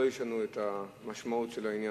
לא ישנו את המשמעות של העניין.